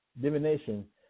divination